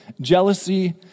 jealousy